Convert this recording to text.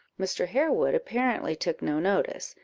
mr. harewood apparently took no notice,